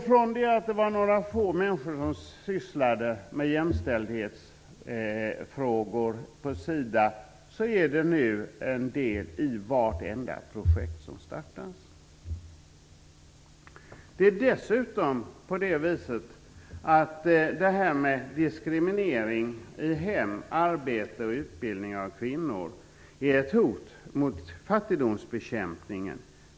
Från det att några få människor sysslade med jämställdhetsfrågor på SIDA, har de nu blivit en del i vartenda projekt som startas. Det är dessutom på det viset att diskriminering i hem, arbete och utbildning av kvinnor är ett hot mot fattigdomsbekämpningen.